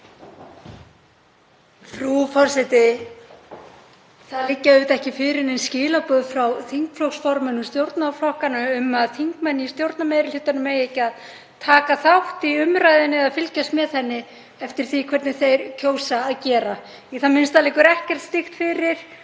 Frú forseti. Það liggja auðvitað ekki fyrir nein skilaboð frá þingflokksformönnum stjórnarflokkanna um að þingmenn í stjórnarmeirihlutanum eigi ekki að taka þátt í umræðunni eða fylgjast með henni, eftir því hvernig þeir kjósa að gera. Í það minnsta liggur ekkert slíkt fyrir af